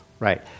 Right